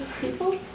people